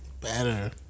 Better